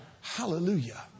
Hallelujah